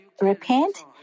repent